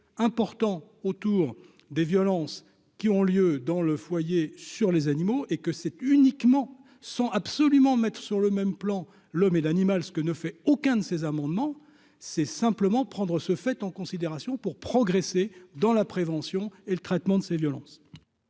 important autour des violences qui ont lieu dans le foyer sur les animaux et que c'est uniquement 100 absolument mettre sur le même plan l'homme et l'animal, ce que ne fait aucun de ces amendements, c'est simplement prendre ce fait en considération pour progresser dans la prévention et le traitement de ces violences.